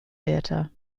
theatre